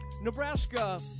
Nebraska